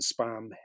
Spam